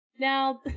Now